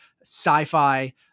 sci-fi